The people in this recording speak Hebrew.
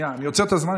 אני עוצר את הזמן.